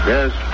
Yes